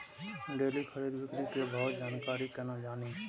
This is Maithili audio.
डेली खरीद बिक्री के भाव के जानकारी केना जानी?